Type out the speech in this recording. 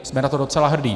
Jsme na to docela hrdí.